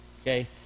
Okay